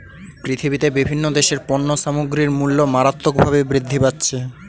পৃথিবীতে বিভিন্ন দেশের পণ্য সামগ্রীর মূল্য মারাত্মকভাবে বৃদ্ধি পাচ্ছে